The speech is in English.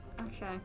Okay